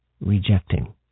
rejecting